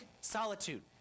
solitude